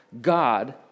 God